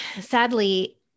sadly